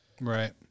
Right